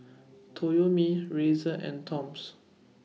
Toyomi Razer and Toms